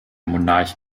monarch